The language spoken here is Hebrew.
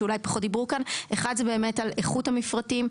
שאולי פחות דיברו כאן: אחד זה באמת איכות המפרטים.